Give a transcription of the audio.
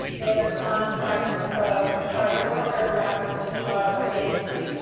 in the context of child welfare practice and child safety?